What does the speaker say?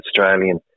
Australian